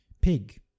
Pig